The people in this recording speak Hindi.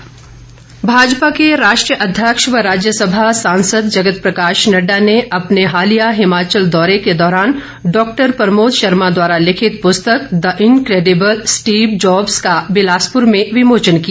विमोचन भाजपा के राष्ट्रीय अध्यक्ष व राज्यसभा सांसद जगत प्रकाश नड़डा ने अपने हालिया हिमाचल दौरे के दौरान डॉक्टर प्रमोद शर्मा द्वारा लिखित पुस्तक द इनक्रेडिबल स्टीव जॉबस का बिलासपुर में विमोचन किया